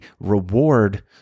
reward